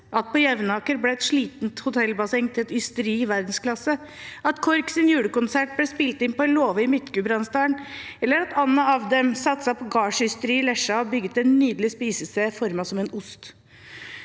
at på Jevnaker ble et slitent hotellbasseng til et ysteri i verdensklasse, at Korks julekonsert ble spilt inn på en låve i Midt-Gudbrandsdalen, eller at Anna Avdem satset på gardsysteri i Lesja og bygget et nydelig spisested formet som en ost?